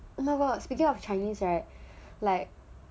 oh my god speaking of chinese right like